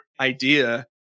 idea